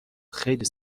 خیلی